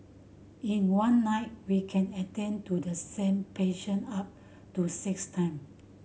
in one night we can attend to the same patient up to six time